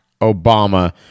Obama